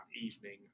evening